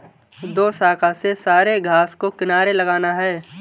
दोशाखा से सारे घास को किनारे लगाना है